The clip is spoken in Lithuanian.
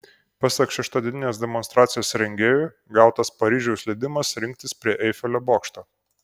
pasak šeštadieninės demonstracijos rengėjų gautas paryžiaus leidimas rinktis prie eifelio bokšto